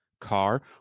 car